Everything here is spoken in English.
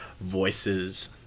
voices